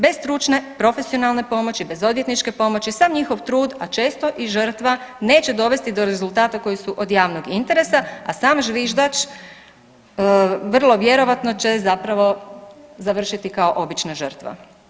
Bez stručne profesionalne pomoći, bez odvjetničke pomoći, sav njihov trud, a često i žrtva neće dovesti do rezultata koji su od javnog interesa, a sam zviždač vrlo vjerovatno će zapravo završiti kao obična žrtva.